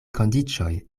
kondiĉoj